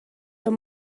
amb